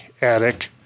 attic